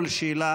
כל שאלה,